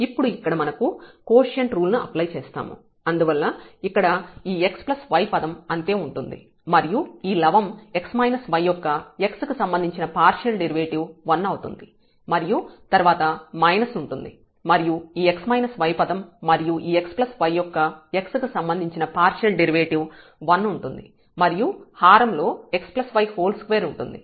ఇప్పుడు ఇక్కడ మనం కోషెంట్ రూల్ ని అప్లై చేస్తాము అందువల్ల ఇక్కడ ఈ x y పదం అంతే ఉంటుంది మరియు ఈ లవం x y యొక్క x కి సంబంధించిన పార్షియల్ డెరివేటివ్ 1 అవుతుంది మరియు తర్వాత మైనస్ ఉంటుంది మరియు ఈ x y పదం మరియు ఈ x y యొక్క x కి సంబంధించిన పార్షియల్ డెరివేటివ్ 1 ఉంటుంది మరియు హారంలో x y2 ఉంటుంది